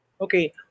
Okay